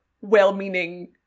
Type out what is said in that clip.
well-meaning